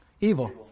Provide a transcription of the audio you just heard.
evil